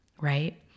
right